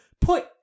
put